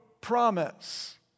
promise